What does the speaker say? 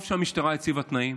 טוב שהמשטרה הציבה תנאים.